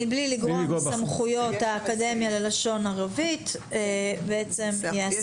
מבלי לגרוע מסמכויות האקדמיה ללשון ערבית ייעשה בתיאום יחד איתם.